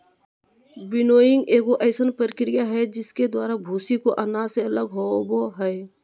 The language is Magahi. विनोइंग एगो अइसन प्रक्रिया हइ जिसके द्वारा भूसी को अनाज से अलग होबो हइ